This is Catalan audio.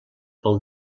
pel